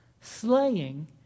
slaying